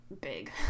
big